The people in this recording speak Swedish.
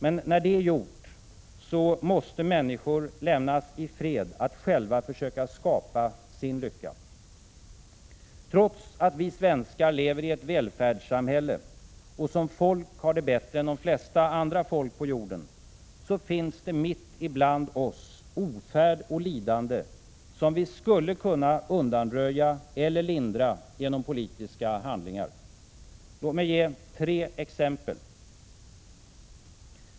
Men när det är gjort måste människor lämnas i fred att själva försöka skapa sin lycka. Trots att vi svenskar lever i ett välfärdssamhälle och som folk har det bättre än de flesta andra folk på jorden, finns det mitt ibland oss ofärd och lidande som vi skulle kunna undanröja eller lindra genom politiska handlingar. Låt mig ge tre exempel.